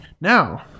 Now